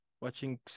watching